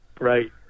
right